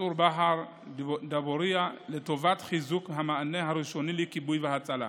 צור באהר ודבורייה לטובת חיזוק המענה הראשוני לכיבוי והצלה,